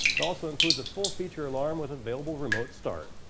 it also includes a full feature alarm with available remote start.